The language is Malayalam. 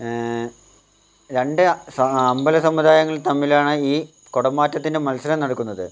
ഏ രണ്ട് സ അമ്പല സമുദായങ്ങൾ തമ്മിലാണ് ഈ കുടമാറ്റത്തിന് മത്സരം നടക്കുന്നത്